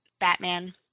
Batman